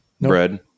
bread